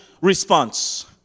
response